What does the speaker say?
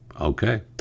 Okay